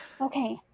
Okay